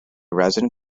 resin